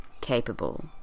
Capable